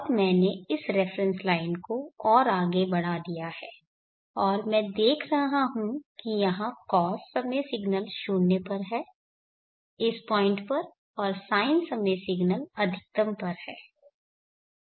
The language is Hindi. अब मैंने इस रेफरेन्स लाइन को और आगे बढ़ा दिया है और मैं देख रहा हूँ कि यहाँ कॉस समय सिग्नल 0 पर है इस पॉइंट पर और साइन समय सिग्नल अधिकतम पर है